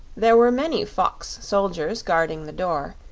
there were many fox-soldiers guarding the door,